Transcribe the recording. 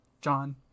John